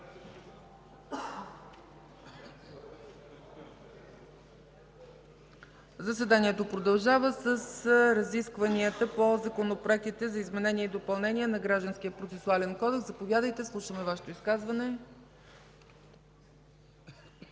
заседанието. Продължаваме с разискванията по законопроектите за изменение и допълнение на Гражданскопроцесуалния кодекс. Заповядайте, слушаме Вашето изказване.